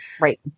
Right